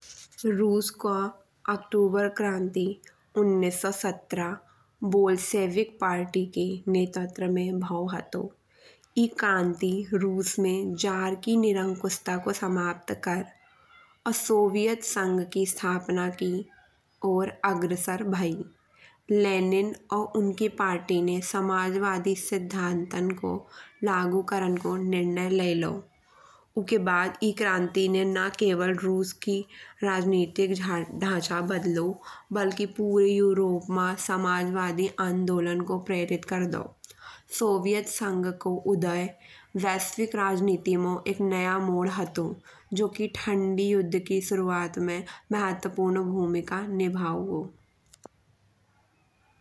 रूस को अक्टूबर क्रांति उन्नीस सौ सत्रह बोल्शेविक पार्टी की नेतृत्व में भावो हतो। ई क्रांति रूस में ज़ार की निरंकुशता को समाप्त कर और सोवियत संघ की स्थापना की और अग्रसर भई। लेनिन और उनकी पार्टी के समाजवादी सिद्धांतों को लागू करण को निर्णय ले लाओ। उके बाद ई क्रांति ने ना केवल रूस की राजनीतिक ढाँचा बदलो बल्कि पूरे यूरोप मा समाजवादी आंदोलन का प्रेरित कर दाओ। सोवियत संघ को उदय वैश्विक राजनीति मा एक नया मोड़ हतो। जो की ठंडी युद्ध की शुरुआत में महत्वपूर्ण भूमिका निभाओ गाओ।